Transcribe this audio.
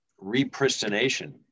repristination